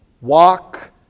Walk